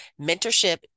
mentorship